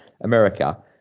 America